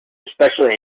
especially